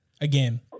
again